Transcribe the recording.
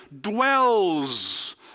dwells